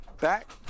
Back-